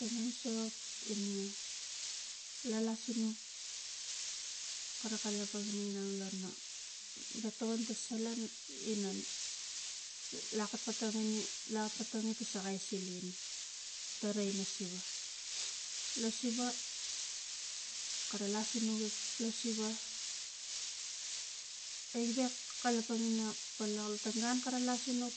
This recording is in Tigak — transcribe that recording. sok ina lalas sinuk kara kalapang ina inang la ma ge tokon ta salan ina laka totong ina laka tong gine sakai silin tara ina siva lo siva kara ga lasinuk la siva e ga kalapang ina ponolak ka gun kara la sinuk